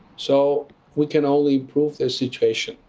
so we can only improve their situation,